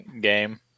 game